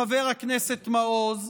חבר הכנסת מעוז,